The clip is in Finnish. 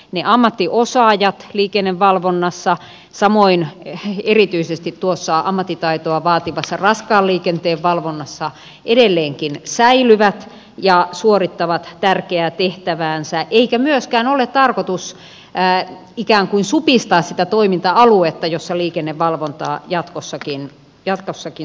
ne ammattiosaajat liikennevalvonnassa samoin erityisesti tuossa ammattitaitoa vaativassa raskaan liikenteen valvonnassa edelleenkin säilyvät ja suorittavat tärkeää tehtäväänsä eikä myöskään ole tarkoitus ikään kuin supistaa sitä toiminta aluetta jolla liikennevalvontaa jatkossakin suoritetaan